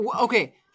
Okay